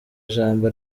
ijambo